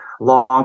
long